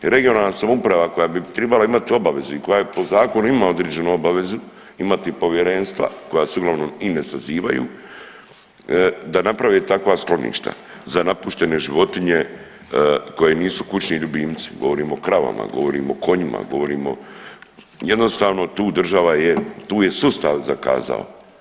Regionalna samouprava koja bi tribala imati obavezu i koja po zakonu ima određenu obavezu imati povjerenstva koja se uglavnom i ne sazivaju, da naprave takva skloništa za napuštene životinje koje nisu kućni ljubimci, govorim o kravama, govorim o konjima, govorim o, jednostavno tu država je, tu je sustav zakazao.